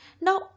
Now